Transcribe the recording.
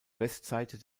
westseite